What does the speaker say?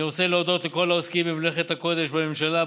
אני רוצה להודות לכל העוסקים במלאכת הקודש בממשלה,